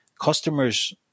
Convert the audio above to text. customers